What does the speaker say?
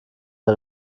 der